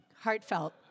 heartfelt